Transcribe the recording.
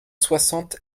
soixante